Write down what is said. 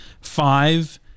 five